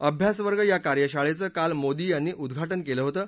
अभ्यास वर्ग या कार्यशाळेचं काल मोदी यांनी उद्वाटन केलं होतं